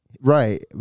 Right